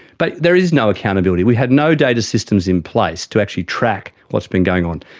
but there is no accountability. we have no data systems in place to actually track what's been going on.